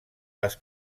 les